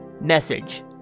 message